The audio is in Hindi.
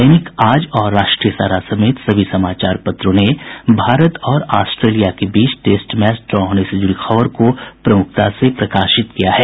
दैनिक आज और राष्ट्रीय सहारा समेत सभी समाचार पत्रों ने भारत और आस्ट्रेलिया के बीच टेस्ट मैच ड्रा होने से जुड़ी खबर को प्रमुखता से प्रकाशित किया है